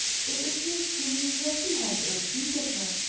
it appears to me that he has ill-treated her.